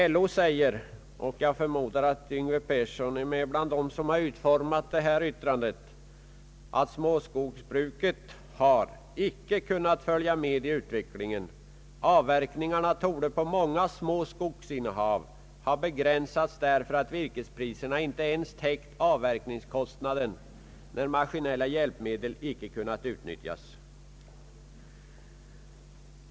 LO säger — och jag förmodar att herr Yngve Persson är med bland dem som utformat detta yttrande — att småskogsbruket inte har kunnat följa med i utvecklingen — avverkningarna torde på många små skogsinnehav ha begränsats, därför att virkespriserna inte ens täckt avverkningskostnaderna när maskinella hjälpmedel inte kunnat utnyttjas.